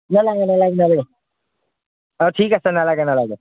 নেলাগে নেলাগে নেলাগে অঁ ঠিক আছে নেলাগে নেলাগে